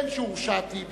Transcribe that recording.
בין שהורשעתי,